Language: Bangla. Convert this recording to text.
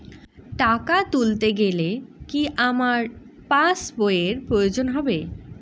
টাকা তুলতে গেলে কি আমার পাশ বইয়ের প্রয়োজন হবে?